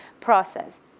process